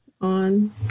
on